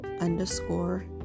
underscore